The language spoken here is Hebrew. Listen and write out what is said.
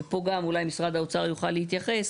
ופה גם אולי משרד האוצר יוכל להתייחס,